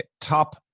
top